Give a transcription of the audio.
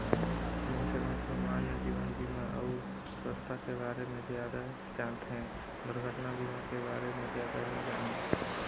मइनसे मन समान्य जीवन बीमा अउ सुवास्थ के बारे मे जादा जानथें, दुरघटना बीमा के बारे मे जादा नी जानें